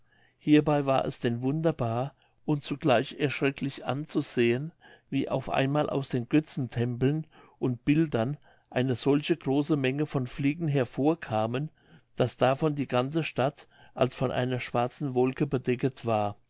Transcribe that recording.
hierbei war es denn wunderbar und zugleich erschrecklich anzusehen wie auf einmal aus den götzentempeln und bildern eine solche große menge von fliegen hervorkamen daß davon die ganze stadt als von einer schwarzen wolke bedecket ward